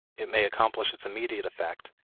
it may accomplish its immediate effect,